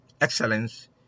excellence